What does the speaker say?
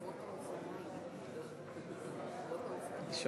ארי הוא הסדרת הרכיבה על אופניים ואופניים עם מנוע